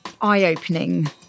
eye-opening